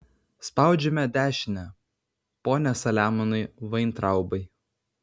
spaudžiame dešinę pone saliamonai vaintraubai